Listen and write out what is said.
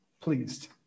pleased